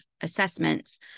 assessments